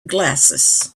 glasses